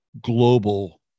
global